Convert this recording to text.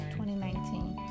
2019